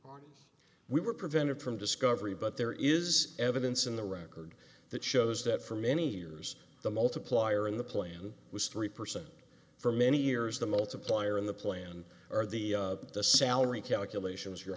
we were prevented from discovery but there is evidence in the record that shows that for many years the multiplier in the plan was three percent for many years the multiplier in the plan or the the salary calculation is your